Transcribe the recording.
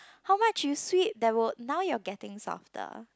how much you sweep there will now you're getting softer